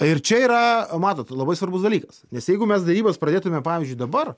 ir čia yra matot labai svarbus dalykas nes jeigu mes derybas pradėtume pavyzdžiui dabar